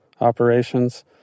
operations